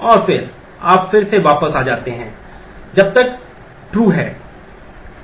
और फिर आप फिर से वापस जाते हैं जब तक true है